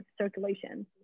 circulation